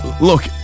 look